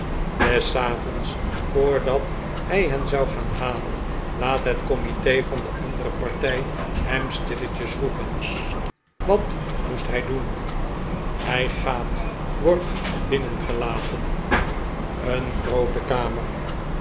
des avonds voordat hij hen zou gaan halen laat het comite van de andere partij hem stilletjes roepen wat moest hij doen hij gaat wordt binnen ge laten een groote kamet